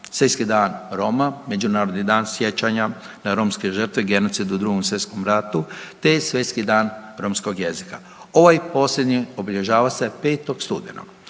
Svjetski dan Roma, Međunarodni dan sjećanja na romske žrtve genocid u Drugom svjetskom ratu te Svjetski dan romskog jezika. Ovaj posljednji obilježava se 5. studenog.